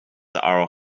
are